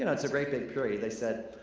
you know it's a great big period, they said,